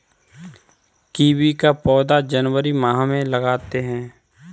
kiwi का पौधा जनवरी माह में लगाते हैं